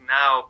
now